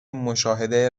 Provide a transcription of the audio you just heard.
مشاهده